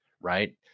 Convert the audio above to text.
right